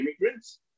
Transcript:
immigrants